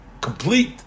complete